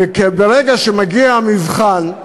וברגע שמגיע המבחן,